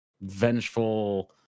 vengeful